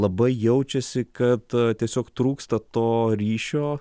labai jaučiasi kad tiesiog trūksta to ryšio